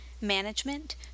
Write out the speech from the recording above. management